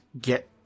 get